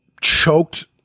choked